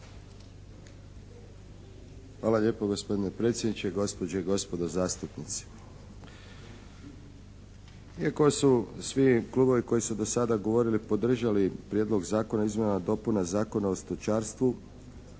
Hvala lijepo gospodine predsjedniče. Gospođe i gospodo zastupnici. Iako su svi klubovi koji su do sada govorili podržali Prijedlog zakona o izmjenama i dopunama Zakona o stočarstvu